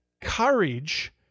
courage